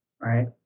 right